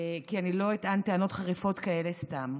כי אני לא אטען טענות חריפות כאלה סתם.